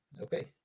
okay